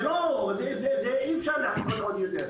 אי אפשר לחכות יותר.